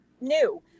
new